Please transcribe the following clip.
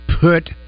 put